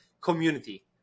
community